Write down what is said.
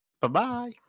bye-bye